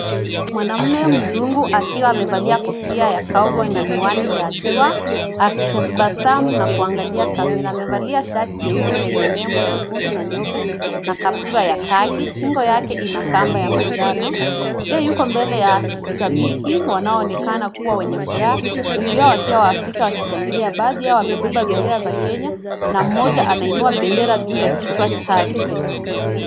Mwanaume mzungu akiwa amevalia kofia ya cowboy na miwani ya jua akitabasamu na kuangalia kamera. Amevalia shati jeusi lenye nembo nyekundu na nyeupe na kaptura ya kaki . Shingo yake ina kamba ya manjano. Yeye yuko mbele ya shabiki wanaoonekana kuwa wenye furaha, wengi wao wakiwa Waafrika wakishangilia. Baadhi yao wamebeba bendera za Kenya na mmoja anainua bendera juu ya kichwa chake.